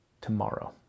tomorrow